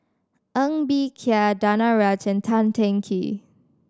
Ng Bee Kia Danaraj Tan Teng Kee